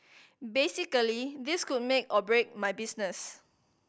basically this could make or break my business